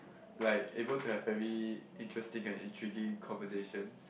like able to have very interesting and intriguing conversation